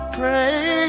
pray